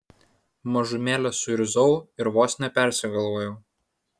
mažumėlę suirzau ir vos nepersigalvojau